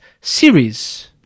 series